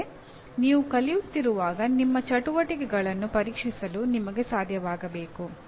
ಅಂದರೆ ನೀವು ಕಲಿಯುತ್ತಿರುವಾಗನಿಮ್ಮ ಚಟುವಟಿಕೆಗಳನ್ನು ಪರೀಕ್ಷಿಸಲು ನಿಮಗೆ ಸಾಧ್ಯವಾಗಬೇಕು